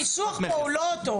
כן, אבל הניסוח פה הוא לא טוב.